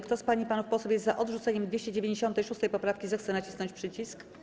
Kto z pań i panów posłów jest za odrzuceniem 296. poprawki, zechce nacisnąć przycisk.